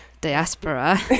diaspora